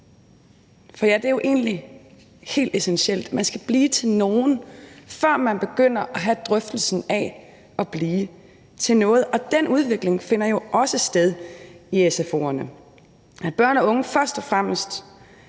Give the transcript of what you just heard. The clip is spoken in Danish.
For ja, det er jo egentlig helt essentielt: Man skal blive til nogen, før man begynder at have drøftelsen om at blive til noget. Og den udvikling finder jo også sted i sfo'erne; at unge først og fremmest